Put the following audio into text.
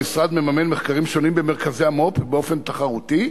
המשרד מממן מחקרים שונים במרכזי המו"פ באופן תחרותי